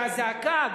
כשהזעקה,